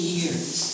years